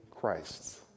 Christ